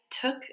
took